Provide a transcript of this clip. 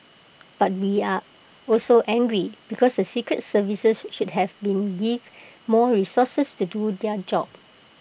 but we are also angry because the secret services should have been give more resources to do their job